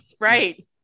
Right